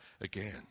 again